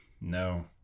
No